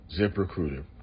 ZipRecruiter